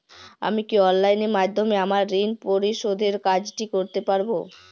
আমি কি অনলাইন মাধ্যমে আমার ঋণ পরিশোধের কাজটি করতে পারব?